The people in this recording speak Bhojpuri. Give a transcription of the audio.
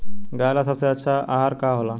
गाय ला सबसे अच्छा आहार का होला?